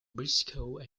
briscoe